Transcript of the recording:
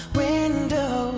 window